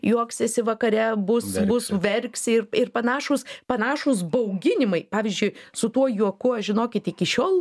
juoksiesi vakare bus bus verksi ir ir panašūs panašūs bauginimai pavyzdžiui su tuo juoku aš žinokit iki šiol